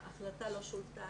מאחר וההחלטה לא שונתה